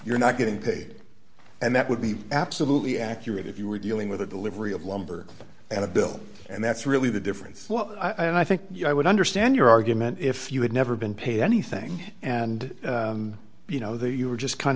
you're not getting paid and that would be absolutely accurate if you were dealing with a delivery of lumber and a bill and that's really the difference well i think i would understand your argument if you had never been paid anything and you know that you were just kind